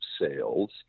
sales